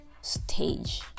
stage